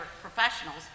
professionals